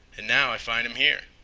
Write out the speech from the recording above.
and now i find im here.